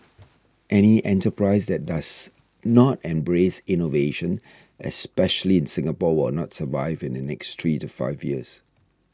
any enterprise that does not embrace innovation especially in Singapore will not survive in the next three to five years